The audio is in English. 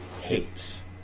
hates